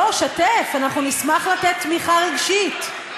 בוא, שתף, אנחנו נשמח לתת תמיכה רגשית.